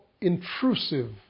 intrusive